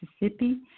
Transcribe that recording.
Mississippi